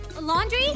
Laundry